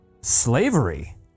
slavery